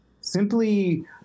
simply